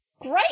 Great